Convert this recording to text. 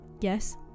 Yes